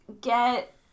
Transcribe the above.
get